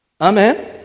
Amen